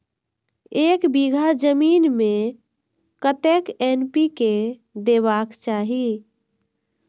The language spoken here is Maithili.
एक बिघा जमीन में कतेक एन.पी.के देबाक चाही?